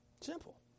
Simple